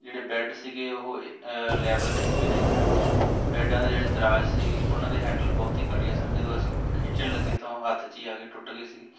ਜਿਹੜੇ ਬੈਡ ਸੀਗੇ ਉਹ ਲੈਵਲ ਵਿੱਚ ਵੀ ਨਹੀਂ ਸਨ ਬੈਡਾਂ ਦੇ ਜਿਹੜੇ ਦਰਾਜ਼ ਸੀ ਉਹਨਾਂ ਦੇ ਹੈਂਡਲ ਬਹੁਤ ਹੀ ਘਟੀਆ ਸਨ ਜਦੋਂ ਅਸੀਂ ਖਿੱਚਣ ਲੱਗੇ ਤਾਂ ਉਹ ਹੱਥ 'ਚ ਹੀ ਆ ਗਏ ਟੁੱਟ ਗਏ ਸੀ